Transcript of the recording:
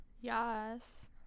Yes